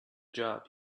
job